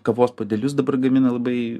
kavos puodelius dabar gamina labai